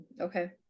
okay